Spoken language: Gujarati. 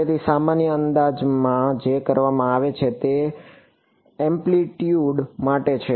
તેથી સામાન્ય અંદાજ જે કરવામાં આવે છે તે એમ્પલિટયૂડ માટે છે